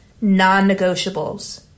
Non-negotiables